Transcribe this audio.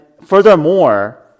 furthermore